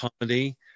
comedy